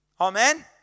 Amen